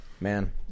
Man